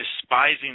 Despising